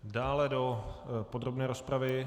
Dále do podrobné rozpravy?